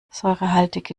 säurehaltige